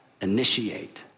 initiate